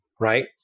right